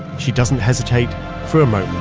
she doesn't hesitate for a moment